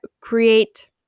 create